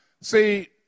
See